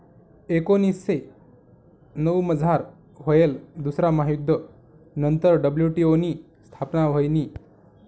एकोनीसशे नऊमझार व्हयेल दुसरा महायुध्द नंतर डब्ल्यू.टी.ओ नी स्थापना व्हयनी